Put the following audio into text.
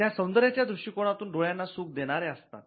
त्या सौंदर्याच्या दृष्टिकोनातून डोळ्यांना सुख देणाऱ्या असतात